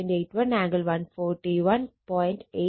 81 angle 141